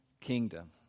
kingdom